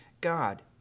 God